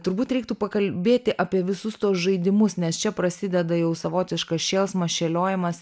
turbūt reiktų pakalbėti apie visus tuos žaidimus nes čia prasideda jau savotiškas šėlsmas šėliojimas